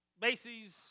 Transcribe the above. Macy's